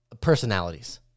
personalities